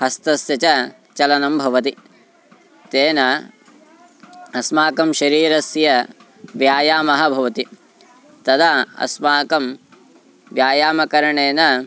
हस्तस्य च चलनं भवति तेन अस्माकं शरीरस्य व्यायामः भवति तदा अस्माकं व्यायामकरणेन